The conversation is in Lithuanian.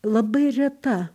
labai reta